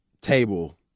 table